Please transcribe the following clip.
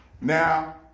Now